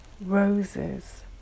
roses